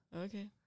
Okay